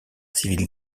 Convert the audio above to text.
civile